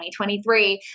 2023